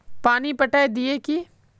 पानी पटाय दिये की?